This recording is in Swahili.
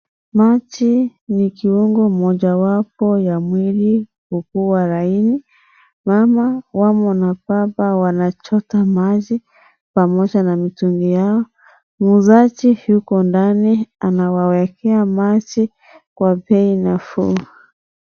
Maji ni kiwango moja wa mwili kukuwa laini. Mama wamo na baba wanachota maji pamoja na mitungi Yao. Muuzaji Yuko ndani anawawekea maji Kwa bei nafuu.